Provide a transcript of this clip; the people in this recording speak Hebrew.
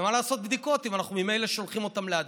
למה לעשות בדיקות אם אנחנו ממילא שולחים אותם להדביק?